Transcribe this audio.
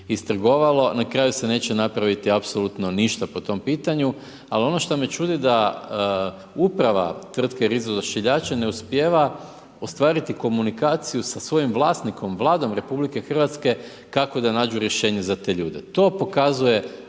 na kraju se neće napraviti apsolutno ništa po tom pitanju, al ono što me čudi da uprava tvrtke RIZ ODAŠILJAČI ne uspijeva ostvariti komunikaciju sa svojim vlasnikom, Vladom RH, kako da nađu rješenje za te ljude.